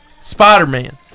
Spider-Man